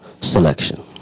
selection